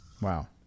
Wow